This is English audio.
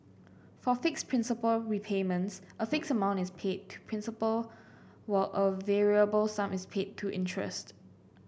for fixed principal repayments a fixed amount is paid to principal while a variable sum is paid to interest